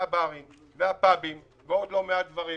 הברים והפאבים ועוד לא מעט דברים,